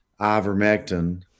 ivermectin